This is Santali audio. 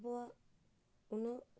ᱟᱵᱚᱣᱟᱜ ᱩᱱᱟᱹᱜ ᱠᱚᱥᱴᱚ ᱠᱚ